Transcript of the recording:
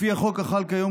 לפי החוק החל כיום,